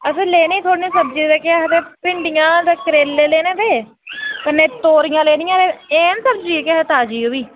लैनी ही थोह्ड़ी नेही सब्जी केह् आखदे भिंडियां ते करेले लैने थे कन्नै तोरियां लैनियां हा एह् न सब्जी ताजी ओह् बी